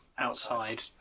Outside